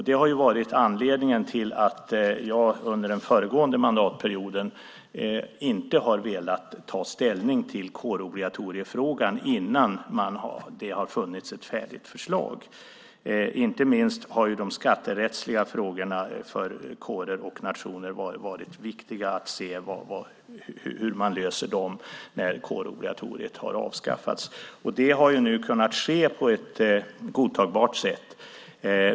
Det har ju varit anledningen till att jag under den föregående mandatperioden inte har velat ta ställning till kårobligatoriefrågan innan det har funnits ett färdigt förslag. Inte minst har det varit viktigt att se hur man löser de skatterättsliga frågorna för kårer och nationer när kårobligatoriet har avskaffats. Det har nu kunnat ske på ett godtagbart sätt.